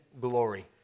glory